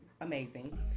amazing